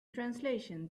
translation